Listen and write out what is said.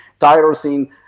tyrosine